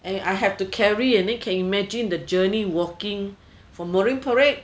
and I have to carry and then can imagine the journey walking from marine parade